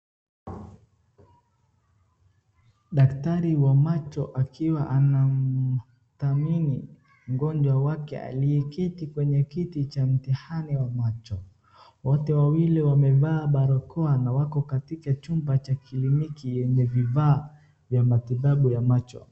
Daktari wa macho akiwa anamthamini mgonjwa wake aliyeketi kwenye kiti ya mtihani ya macho, wote wawili wamevaa barakoa na wako katika chumba cha kliniki yenye vifaa ya matibabu ya macho.